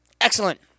Excellent